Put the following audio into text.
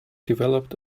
developed